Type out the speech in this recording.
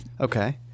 Okay